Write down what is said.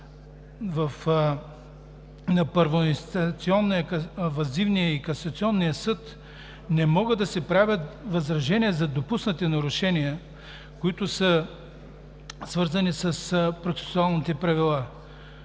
на първоинстанционно въззивния и Касационния съд не могат да се правят възражения за допуснати нарушения, които са свързани с процесуалните правила.